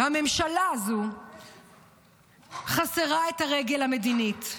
לממשלה הזו חסרה הרגל המדינית.